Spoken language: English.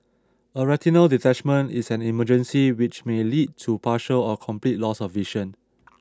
a retinal detachment is an emergency which may lead to partial or complete loss of vision